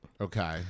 Okay